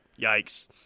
Yikes